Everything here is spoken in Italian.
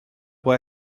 può